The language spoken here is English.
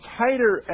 tighter